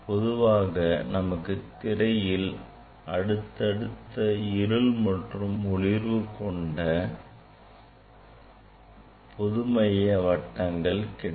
பொதுவாக நமக்கு திரையில் அடுத்தடுத்த இருள் மற்றும் ஒளிர்வு கொண்ட பொதுமைய வட்ட பிம்பங்கள் கிடைக்கும்